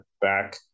back